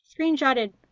screenshotted